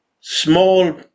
small